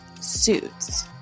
Suits